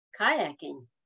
kayaking